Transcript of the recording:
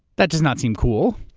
that does not seem cool.